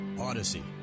Odyssey